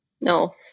No